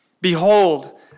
Behold